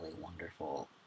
wonderful